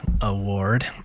award